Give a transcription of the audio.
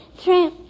tramp